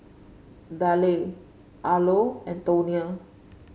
Delle Arlo and Tonia